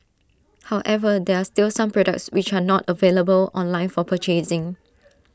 however there are still some products which are not available online for purchasing